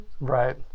Right